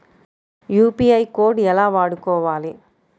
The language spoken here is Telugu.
యూ.పీ.ఐ కోడ్ ఎలా వాడుకోవాలి?